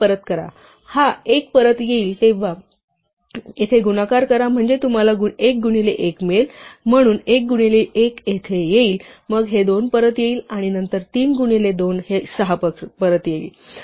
हा 1 परत येईल आता परत या आणि येथे गुणाकार करा म्हणजे तुम्हाला 1 गुणिले 1 मिळेल म्हणून 1 गुणिले 1 येथे येईल मग हे 2 परत येईल आणि नंतर 3 गुणिले 2 हे 6 होईल